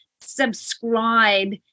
subscribe